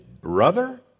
brother